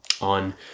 on